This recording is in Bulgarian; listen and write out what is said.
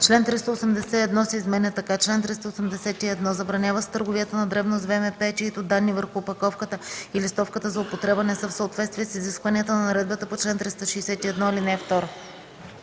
Член 381 се изменя така: „Чл. 381. Забранява се търговията на дребно с ВМП, чиито данни върху опаковката и листовката за употреба не са в съответствие с изискванията на наредбата по чл. 361, ал.